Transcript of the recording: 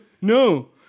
No